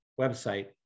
website